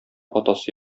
атасы